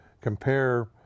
compare